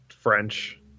French